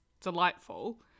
delightful